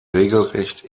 regelrecht